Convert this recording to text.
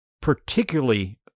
particularly